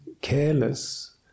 careless